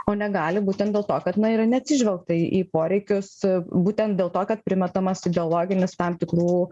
o negali būtent dėl to kad na yra neatsižvelgta į poreikius būtent dėl to kad primetamas ideologinis tam tikrų